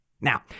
Now